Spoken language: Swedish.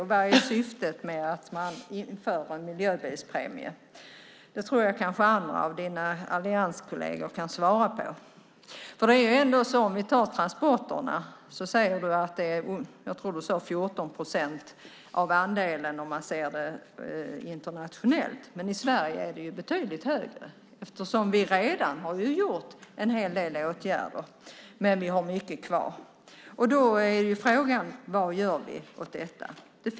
Och vad är syftet med att införa en miljöbilspremie? Några av dina allianskolleger kan kanske svara. När det gäller transporterna talade du om, tror jag, en 14-procentig andel internationellt sett. Men för Sverige är det mer. Vi har ju redan vidtagit en hel del åtgärder. Dock har vi mycket kvar. Frågan är vad vi gör åt detta.